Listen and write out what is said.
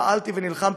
פעלתי ונלחמתי,